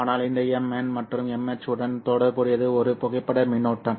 ஆனால் இந்த Mn மற்றும் Mh உடன் தொடர்புடையது ஒரு புகைப்பட மின்னோட்டம்